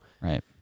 Right